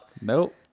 Nope